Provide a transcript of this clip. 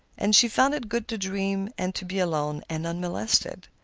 and she found it good to dream and to be alone and unmolested.